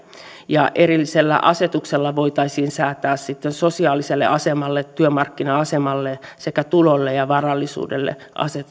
erillisellä asetuksella voitaisiin säätää sitten sosiaaliselle asemalle työmarkkina asemalle sekä tulolle ja varallisuudelle